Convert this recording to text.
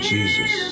Jesus